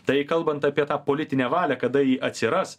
tai kalbant apie tą politinę valią kada ji atsiras